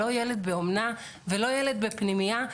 לא לילד באומנה ולא לילד בפנימייה.